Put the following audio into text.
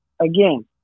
again